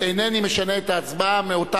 אז נא להתייחס בהתאם.